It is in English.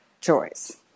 choice